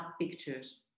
pictures